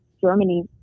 Germany